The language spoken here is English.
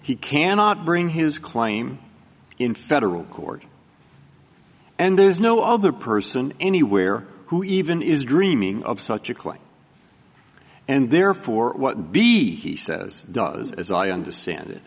he cannot bring his claim in federal court and there's no other person anywhere who even is dreaming of such a claim and therefore what b says does as i understand it